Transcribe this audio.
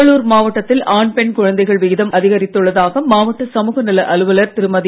கடலூர் மாவட்டத்தில் ஆண் பெண் குழந்தைகள் விகிதம் அதிகரித்துள்ளதாக மாவட்ட சமூக நல அலுவலர் திருமதி